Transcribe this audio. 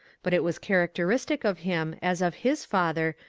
but it was characteristic of him, as of his father,